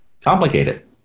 complicated